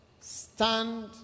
Stand